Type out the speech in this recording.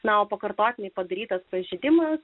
na o pakartotinai padarytas pažeidimas